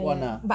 [one] ah